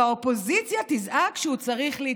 והאופוזיציה תזעק שהוא צריך להתפטר.